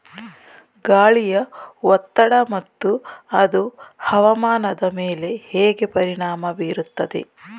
ಗಾಳಿಯ ಒತ್ತಡ ಮತ್ತು ಅದು ಹವಾಮಾನದ ಮೇಲೆ ಹೇಗೆ ಪರಿಣಾಮ ಬೀರುತ್ತದೆ?